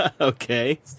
okay